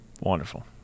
Wonderful